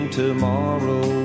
tomorrow